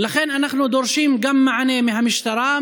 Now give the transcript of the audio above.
ולכן אנחנו דורשים גם מענה מהמשטרה,